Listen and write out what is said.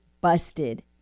busted